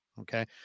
Okay